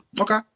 Okay